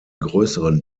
größeren